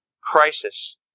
crisis